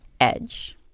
Edge